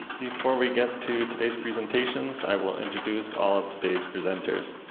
before we get to today's presentations, i will introduce all of today's presenters.